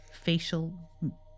facial